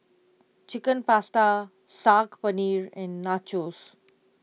Chicken Pasta Saag Paneer and Nachos